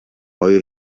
آیا